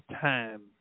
time